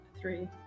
Three